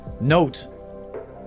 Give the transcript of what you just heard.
note